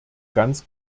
ganz